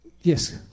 yes